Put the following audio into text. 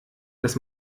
das